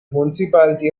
municipality